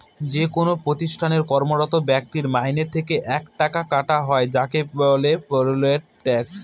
যেকোনো প্রতিষ্ঠানে কর্মরত ব্যক্তির মাইনে থেকে একটা টাকা কাটা হয় যাকে বলে পেরোল ট্যাক্স